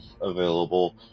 available